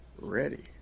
ready